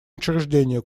учреждение